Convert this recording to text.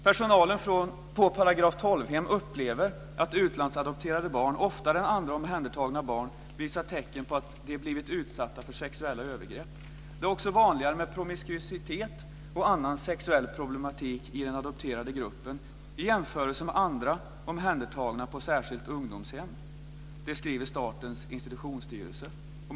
"Personalen på § 12-hem upplever att utlandsadopterade barn oftare än andra omhändertagna barn visar tecken på att de blivit utsatta för sexuella övergrepp. Det är också vanligare med promiskuitet och annan sexuell problematik i den adopterade gruppen i jämförelse med andra omhändertagna på särskilt ungdomshem". Detta skriver Statens institutionsstyrelse.